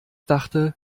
dachte